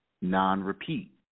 non-repeat